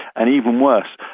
and even worse,